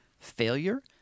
failure